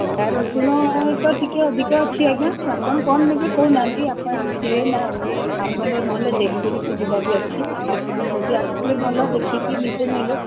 ଅଦା ରସୁଣ ତ ଟିକେ ଅଧିକ ଅଛି ଆଜ୍ଞା ଆପଣ କଣ ନେବେ କହୁନାହାନ୍ତି ଆପଣ ଆସିବେନା ଆମର ନହେଲେ ଡେଲିଭରି ସୁବିଧା ବି ଅଛି ଆପଣ ଯଦି ଆସିଲେ ଭଲ ଦେଖିକି ନିଜେ ନେବେ